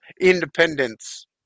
independence